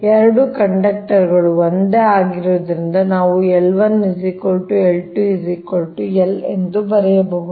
ಎರಡೂ ಕಂಡಕ್ಟರ್ಗಳು ಒಂದೇ ಆಗಿರುವುದರಿಂದ ನಾವು L1 L2 L ಬರೆಯಬಹುದು